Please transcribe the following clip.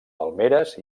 palmeres